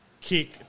Kick